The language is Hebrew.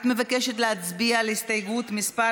את מבקשת להצביע על הסתייגויות מס'